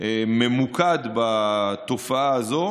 ממוקד בתופעה הזו,